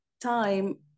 time